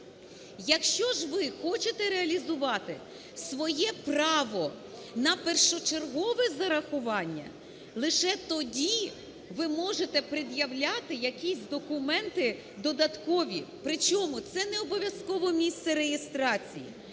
Якщо ж ви хочете реалізувати своє право на першочергове зарахування, лише тоді ви можете пред'являти якісь документи додаткові, причому це не обов'язково місце реєстрації.